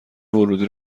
ورودی